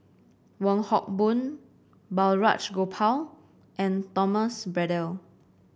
Wong Hock Boon Balraj Gopal and Thomas Braddell